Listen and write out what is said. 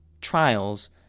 trials